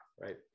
right